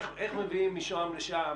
איך מביאים משוהם לשם,